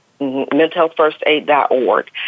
Mentalhealthfirstaid.org